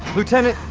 lieutenant!